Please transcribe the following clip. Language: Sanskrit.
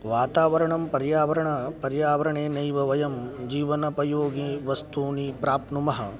वातावरणं पर्यावरण पर्यावरणेनैव वयं जीवनोपयोगि वस्तूनि प्राप्नुमः